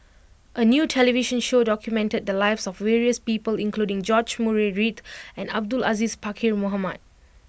a new television show documented the lives of various people including George Murray Reith and Abdul Aziz Pakkeer Mohamed